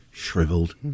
shriveled